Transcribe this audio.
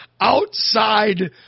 outside